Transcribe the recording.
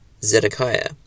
Zedekiah